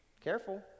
Careful